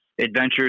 adventures